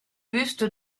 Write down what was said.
buste